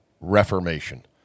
Reformation